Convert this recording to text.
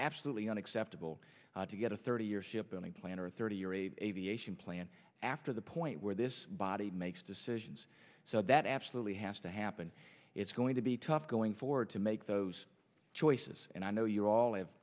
absolutely unacceptable to get a thirty year shipping plan or a thirty year a a v a plan after the point where this body makes decisions so that absolutely has to happen it's going to be tough going forward to make those choices and i know you all